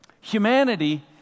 humanity